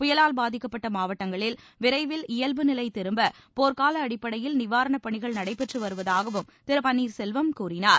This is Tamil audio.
புயலால் பாதிக்கப்பட்ட மாவட்டங்களில் விரைவில் இயல்பு நிலை திரும்ப போர்க்கால அடிப்படையில் நிவாரண பணிகள் நடைபெற்று வருவதாகவும் திரு பன்னீர்செல்வம் கூறினார்